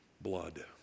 blood